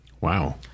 Wow